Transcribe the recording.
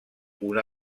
una